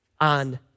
on